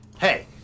Hey